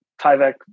Tyvek